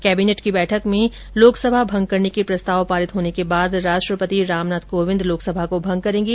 cabinet की बैठक में लोकसभा भंग करने का प्रस्ताव पारित होने के बाद राष्ट्रपति रामनाथ कोविंद लोकसभा को भंग करेंगे